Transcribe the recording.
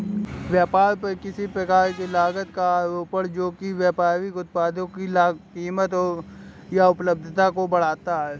व्यापार पर किसी प्रकार की लागत का आरोपण जो कि व्यापारिक उत्पादों की कीमत या उपलब्धता को बढ़ाता है